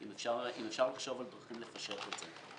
אם אפשר לחשוב על דרכים לפשט את זה.